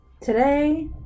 Today